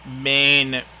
main